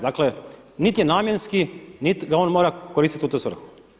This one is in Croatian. Dakle, niti je namjenski, niti ga on mora koristiti u tu svrhu.